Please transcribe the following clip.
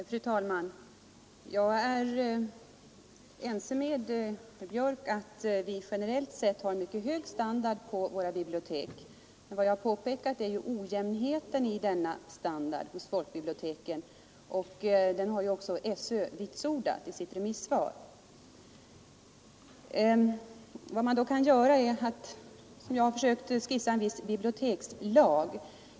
Fru talman! Jag är ense med herr Björk i Göteborg att vi generellt sett har en mycket hög standard på våra bibliotek. Vad jag påpekat är ojämnheten i folkbibliotekens standard — detta har också SÖ vitsordat i sitt remissvar. Vad man då kan göra är, som jag försökte skissa, att stifta en bibliotekslag.